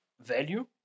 value